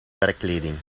werkkleding